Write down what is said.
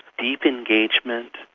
deep engagement,